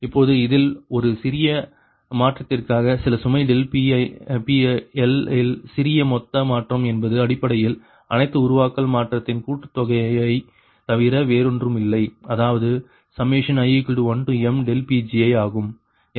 இப்பொழுது இதில் ஒரு சிறிய மாற்றத்திற்காக சில சுமை PL இல் சிறிய மொத்த மாற்றம் என்பது அடிப்படையில் அனைத்து உருவாக்கல் மாற்றத்தின் கூட்டுத்தொகையைத் தவிர வேறொன்றும் இல்லை அதாவது i1mPgi ஆகும்